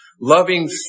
loving